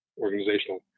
organizational